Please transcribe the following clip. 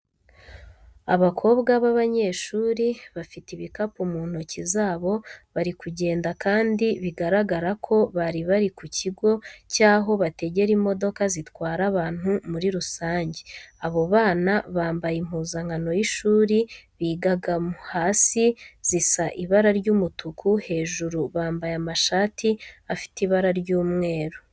Abakobwa b'abanyeshuri bafite ibikapu mu ntoki zabo bari kugenda kandi bigaragara ko bari bari ku kigo cy'aho bategera imodoka zitwara abantu muri rusange. Abo bana bambaye impuzankano y'ishuri bigagamo, hasi zisa ibara ry'umutuku, hejuru bambaye amashati afite ibara ry'umweru.